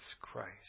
Christ